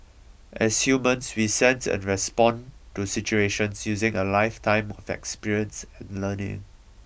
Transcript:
as humans we sense and respond to situations using a lifetime of experience and learning